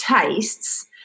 tastes